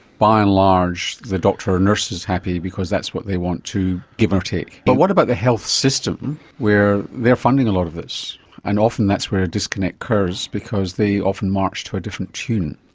by and large the doctor or nurse is happy because that's what they want too, give or take. but what about the health system where they're funding a lot of this and often that's where a disconnect occurs because they often march to a different tune?